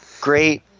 great